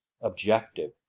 objective